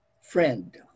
friend